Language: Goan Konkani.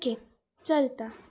ओके चलता